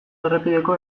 errepideko